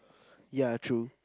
ya true